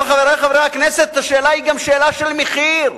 אבל, חברי חברי הכנסת, השאלה היא גם שאלה של מחיר.